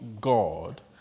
God